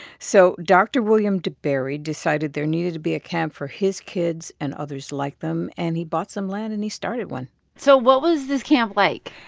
so dr. william deberry decided there needed to be a camp for his kids and others like them. and he bought some land, and he started one so what was this camp like?